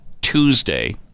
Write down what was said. Tuesday